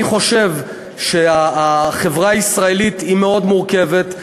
אני חושב שהחברה הישראלית היא מאוד מורכבת,